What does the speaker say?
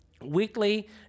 weekly